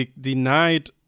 denied